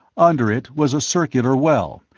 under it was a circular well,